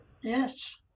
Yes